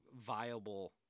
viable